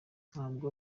ntabwo